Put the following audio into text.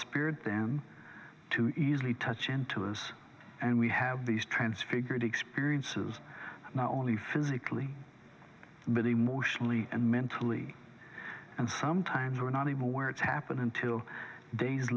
spirit them to easily touch em to us and we have these transfigured experiences not only physically but emotionally and mentally and sometimes we're not even aware it's happened until days